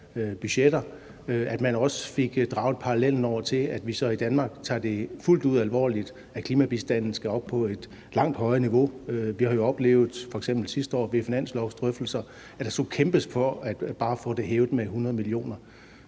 at man også fik draget parallellen over til, at vi så i Danmark tager det fuldt ud alvorligt, at klimabistanden skal op på et langt højere niveau? Vi har jo f.eks. sidste år ved finanslovsdrøftelser oplevet, at der skulle kæmpes for bare at få det hævet med 100 mio.